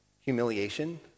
humiliation